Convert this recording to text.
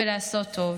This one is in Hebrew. ולעשות טוב.